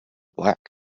black